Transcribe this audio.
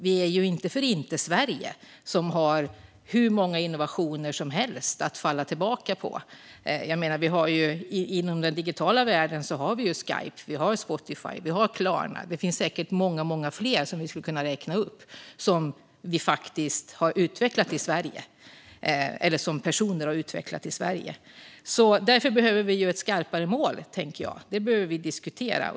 Vi är ju inte för inte Sverige, som har hur många innovationer som helst att falla tillbaka på! Inom den digitala världen har vi Skype, Spotify och Klarna, och det finns säkert många fler exempel som jag skulle kunna räkna upp som personer faktiskt har utvecklat i Sverige. Därför behöver vi ett skarpare mål, och det behöver vi diskutera.